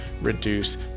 reduce